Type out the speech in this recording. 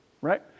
right